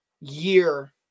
year